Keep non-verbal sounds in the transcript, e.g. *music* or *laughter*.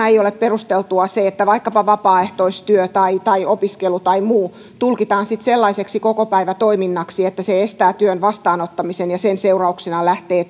*unintelligible* ei ole perusteltua se että vaikkapa vapaaehtoistyö tai tai opiskelu tai muu tulkitaan sitten sellaiseksi kokopäivätoiminnaksi että se estää työn vastaanottamisen ja sen seurauksena lähtee *unintelligible*